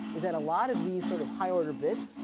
is that a lot of these sort of high order bits,